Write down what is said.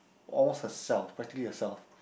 almost herself practically herself